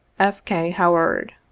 f. k. howaed.